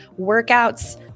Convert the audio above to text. workouts